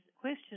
question